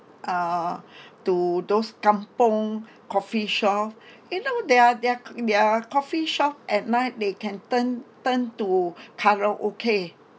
uh to those kampung coffeeshop you know their their c~ their coffee shop at night they can turn turn to karaoke